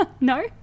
No